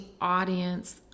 audience